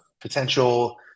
potential